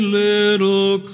little